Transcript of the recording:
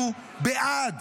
אנחנו בעד.